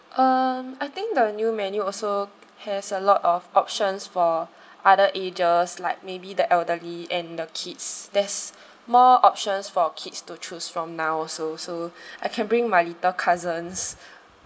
um I think the new menu also has a lot of options for other ages like maybe the elderly and the kids there's more options for kids to choose from now also so I can bring my little cousins